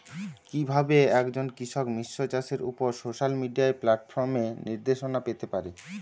কিভাবে একজন কৃষক মিশ্র চাষের উপর সোশ্যাল মিডিয়া প্ল্যাটফর্মে নির্দেশনা পেতে পারে?